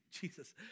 Jesus